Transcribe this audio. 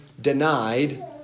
denied